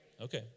Okay